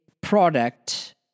product